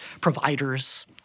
providers—